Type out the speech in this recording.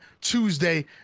Tuesday